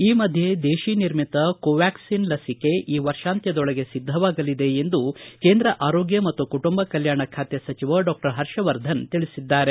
ಈ ಮಧ್ಯೆ ದೇಶಿ ನಿರ್ಮಿತ ಕೋವ್ಚಾಕ್ಲಿನ್ ಲಸಿಕೆ ಈ ವರ್ಷಾಂತ್ಸದೊಳಗೆ ಸಿದ್ದವಾಗಲಿದೆ ಎಂದು ಕೇಂದ್ರ ಆರೋಗ್ಯ ಮತ್ತು ಕುಟುಂಬ ಕಲ್ಲಾಣ ಖಾತೆ ಸಚಿವ ಡಾಕ್ಷರ್ ಪರ್ಷವರ್ಧನ್ ತಿಳಿಸಿದ್ದಾರೆ